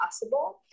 possible